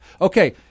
Okay